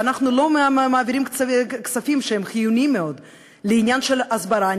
ואנחנו לא מעבירים כספים שהם חיוניים מאוד לעניין של הסברה,